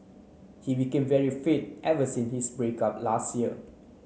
he became very fit ever since his break up last year